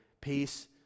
Peace